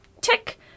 tick